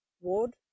ward